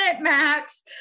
max